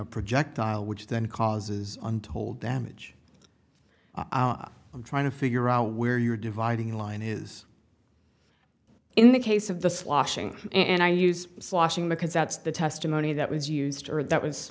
a projectile which then causes untold damage i'm trying to figure out where your dividing line is in the case of the sloshing and i use sloshing because that's the testimony that was used or that was